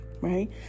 right